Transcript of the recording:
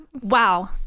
Wow